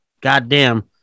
goddamn